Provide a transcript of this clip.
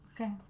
Okay